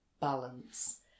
balance